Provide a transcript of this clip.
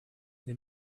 they